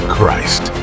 Christ